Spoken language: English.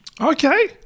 Okay